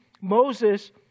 Moses